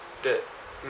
that